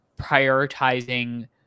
prioritizing